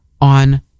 on